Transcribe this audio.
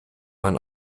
man